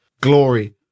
glory